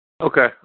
Okay